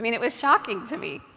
i mean it was shocking to me.